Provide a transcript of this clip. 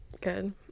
Good